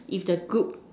if the group